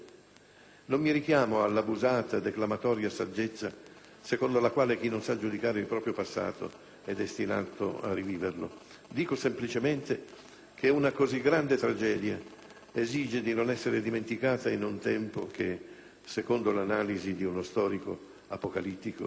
Non mi richiamo all'abusata, declamatoria saggezza secondo la quale chi non sa giudicare il proprio passato è destinato a riviverlo: dico, semplicemente, che una così grande tragedia esige di non essere dimenticata in un tempo che, secondo l'analisi di uno storico apocalittico,